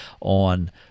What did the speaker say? on